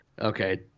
Okay